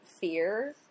fear